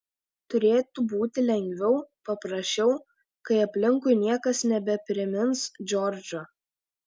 turėtų būti lengviau paprasčiau kai aplinkui niekas nebeprimins džordžo